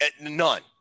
None